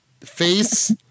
Face